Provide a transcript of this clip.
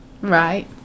right